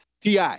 TI